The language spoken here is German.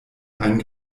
einen